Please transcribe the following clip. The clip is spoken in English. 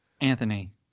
Anthony